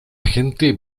gente